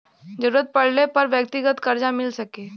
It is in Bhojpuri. जरूरत पड़ले पर व्यक्तिगत करजा मिल सके